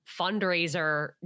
fundraiser